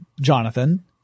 Jonathan